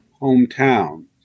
hometown